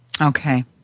Okay